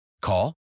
Call